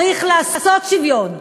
צריך לעשות שוויון.